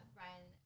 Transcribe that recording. Brian